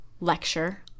lecture